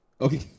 Okay